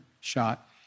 shot